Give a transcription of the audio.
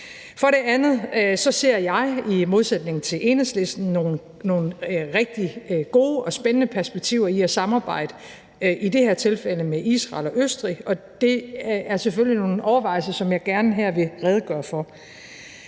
For det andet ser jeg i modsætning til Enhedslisten nogle rigtig gode og spændende perspektiver i at samarbejde, i det her tilfælde med Israel og Østrig. Det er selvfølgelig nogle overvejelser, som jeg gerne her vil redegøre for.